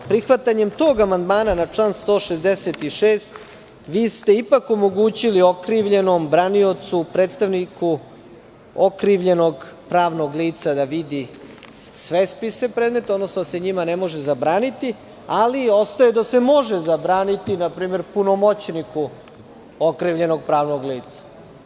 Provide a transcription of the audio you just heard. Prihvatanjem tog amandmana na član 166. vi ste ipak omogućili okrivljenom, braniocu, predstavniku okrivljenog pravnog lica da vidi sve spise predmeta, odnosno da se njima ne može zabraniti, ali ostaje da se može zabraniti, npr. punomoćniku okrivljenog pravnog lica.